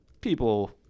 people